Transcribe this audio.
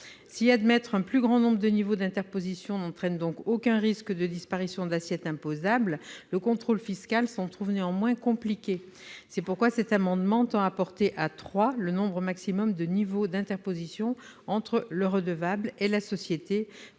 Si admettre un plus grand nombre de niveaux d'interposition n'entraîne donc aucun risque de disparition d'assiette imposable, le contrôle fiscal s'en trouve néanmoins compliqué. C'est pourquoi cet amendement tend à porter à trois le nombre maximum de niveaux d'interposition entre le redevable et la société